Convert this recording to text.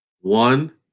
One